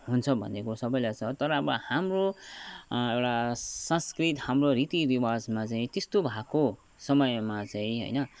हुन्छ भन्ने कुरो सबैलाई छ तर अब हाम्रो एउटा सांस्कृत हाम्रो रीतिरिवाजमा चाहिँ त्यस्तो भएको समयमा चाहिँ होइन